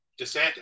DeSantis